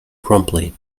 promptly